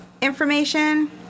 information